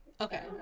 okay